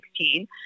2016